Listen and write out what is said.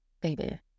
baby